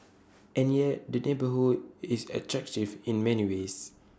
and yet the neighbourhood is attractive in many ways